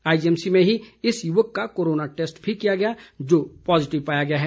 IGMC में ही इस युवक का कोरोना टैस्ट भी किया गया जो पॉज़िटिव पाया गया है